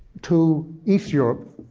to east europe,